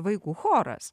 vaikų choras